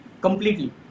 Completely